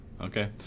Okay